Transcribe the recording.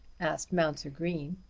asked mounser green.